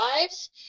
lives